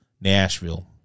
Nashville